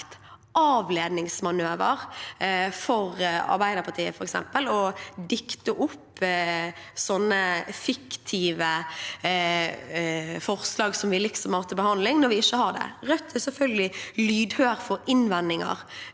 avledningsmanøver for Arbeiderpartiet å dikte opp fiktive forslag som vi liksom har til behandling, når vi ikke har det. Rødt er selvfølgelig også lydhør for innvendinger